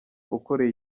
ukoreye